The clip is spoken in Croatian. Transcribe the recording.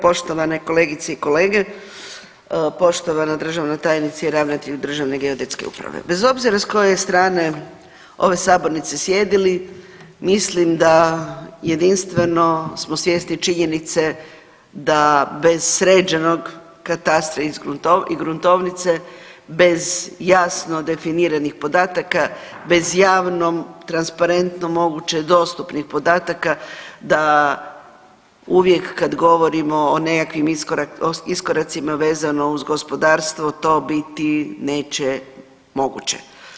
Poštovane kolegice i kolege, poštovana državna tajnice i ravnatelj Državne geodetske uprave, bez obzira s koje strane ove sabornice sjedili mislim da jedinstveno smo svjesni činjenice da bez sređenog katastra i gruntovnice, bez jasno definiranih podataka, bez javno transparentno moguće dostupnih podataka da uvijek kad govorimo o nekakvim iskoracima vezano uz gospodarstvo to biti neće moguće.